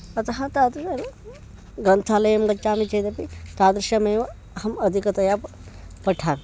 अतः तत्रैव ग्रन्थालयं गच्छामि चेदपि तादृशमेव अहम् अधिकतया प पठामि